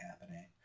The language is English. happening